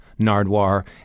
Nardwar